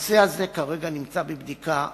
הנושא הזה כרגע נמצא בבדיקה.